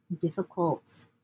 difficult